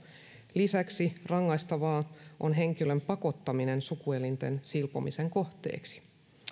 lisäksi rangaistavaa on henkilön pakottaminen sukuelinten silpomisen kohteeksi